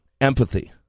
Empathy